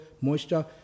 moisture